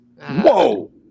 Whoa